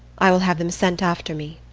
i will have them sent after me.